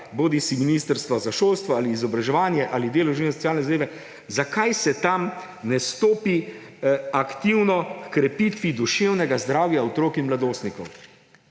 bodisi ministrstva za šolstvo, ali izobraževanje, ali delo, družino in socialne zadeve – zakaj se tam ne stopi aktivno k krepitvi duševnega zdravja otrok in mladostnikov?